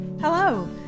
Hello